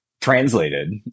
translated